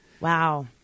wow